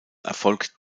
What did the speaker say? erfolgt